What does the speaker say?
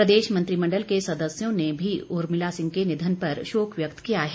प्रदेश मंत्रिमंडल के सदस्यों ने भी उर्मिला सिंह के निधन पर शोक व्यक्त किया है